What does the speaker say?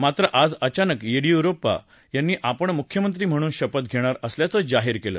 मात्र आज अचानक येडियुरप्पा यांनी आपण मुख्यमंत्री म्हणून शपथ घेणार असल्याचं जाहीर केलं